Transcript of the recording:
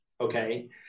Okay